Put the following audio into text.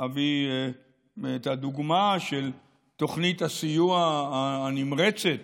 אביא את הדוגמה של תוכנית הסיוע הנמרצת